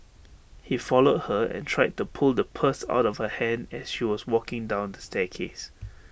he followed her and tried to pull the purse out of her hand as she was walking down the staircase